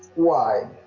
why